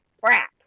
crap